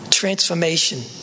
transformation